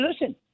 listen